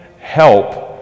help